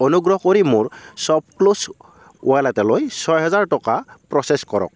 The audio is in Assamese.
অনুগ্ৰহ কৰি মোৰ শ্ব'পক্লুজ ৱালেটলৈ ছহেজাৰ টকা প্ৰ'চেছ কৰক